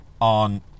On